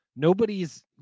nobody's